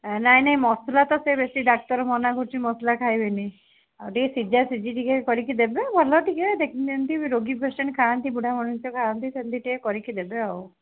ନାହିଁ ନାହିଁ ମସଲା ତ ସେ ବେଶି ଡାକ୍ତର ମନା କରୁଛି ମସଲା ଖାଇବେନି ଆଉ ଟିକେ ସିଝା ସିଝି ଟିକେ କରିକି ଦେବେ ଭଲ ଟିକେ ଯେମିତି ରୋଗୀ ପେସେଣ୍ଟ ଖାଆନ୍ତି ବୁଢ଼ା ମଣିଷ ଖାଆନ୍ତି ସେମିତି ଟିକେ କରିକି ଦେବେ ଆଉ